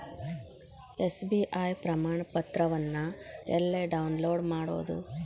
SBI ಪ್ರಮಾಣಪತ್ರವನ್ನ ಎಲ್ಲೆ download ಮಾಡೊದು?